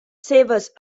seves